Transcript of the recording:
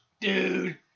Dude